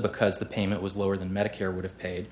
because the payment was lower than medicare would have paid